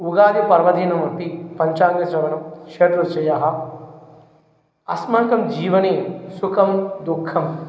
उगादिपर्वदिनमपि पञ्चाङ्गश्रवणं षड्रुषयः अस्माकं जीवने सुखं दुःखं